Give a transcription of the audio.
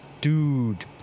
Dude